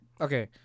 Okay